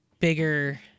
bigger